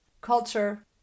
culture